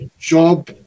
job